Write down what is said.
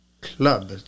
club